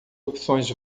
opções